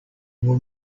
will